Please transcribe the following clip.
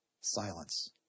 silence